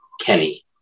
Kenny